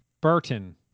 Burton